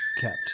kept